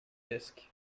desk